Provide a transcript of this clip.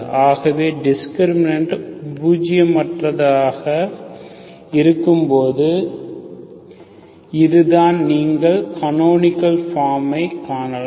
ஆகவே டிஸ்கிரிமினன்ட் பூஜியமற்றதாகாவாக இருக்கும்போது இதுதான் நீங்கள் கனோனிக்கள் ஃபாமை க் காணலாம்